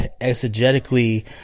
exegetically